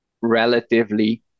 relatively